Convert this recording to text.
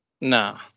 Nah